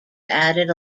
added